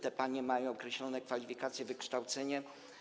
Te panie mają określone kwalifikacje, wykształcenie.